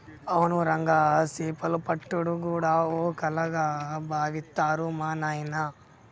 అవును రంగా సేపలు పట్టుడు గూడా ఓ కళగా బావిత్తరు మా నాయిన